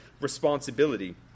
responsibility